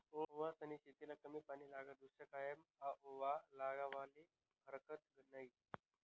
ओवासनी शेतीले कमी पानी लागस, दुश्कायमा आओवा लावाले हारकत नयी